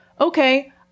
okay